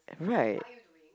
right